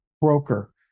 broker